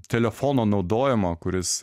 telefono naudojimo kuris